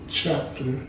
chapter